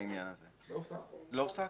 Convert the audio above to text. לא הופסק.